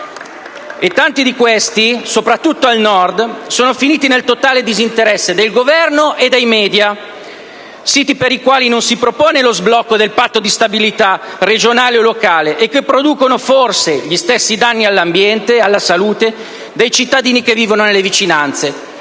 Tanti di questi, soprattutto al Nord, sono finiti nel totale disinteresse del Governo e dei *media*, siti per i quali non si propone lo sblocco del patto di stabilità regionale o locale e che producono forse gli stessi danni all'ambiente ed alla salute dei cittadini che vivono nelle vicinanze.